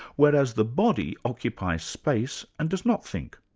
whereas the body occupies space and does not think.